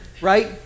right